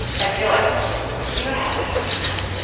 i feel like what you have is this kind of